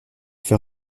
fait